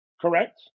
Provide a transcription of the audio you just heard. correct